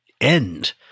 end